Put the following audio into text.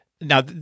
now